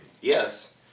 Yes